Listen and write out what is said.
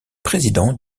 président